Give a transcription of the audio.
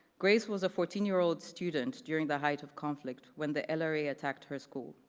grace was a fourteen year old student during the height of conflict when the lra attacked her school.